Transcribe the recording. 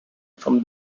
from